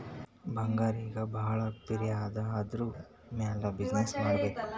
ಬಂಗಾರ್ ಈಗ ಭಾಳ ಪಿರೆ ಅದಾ ಅದುರ್ ಮ್ಯಾಲ ಬಿಸಿನ್ನೆಸ್ ಮಾಡ್ಬೇಕ್